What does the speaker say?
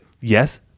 Yes